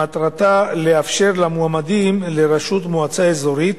מטרתה לאפשר למועמדים לראשות מועצה אזורית